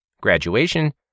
graduation